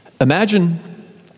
Imagine